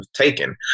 taken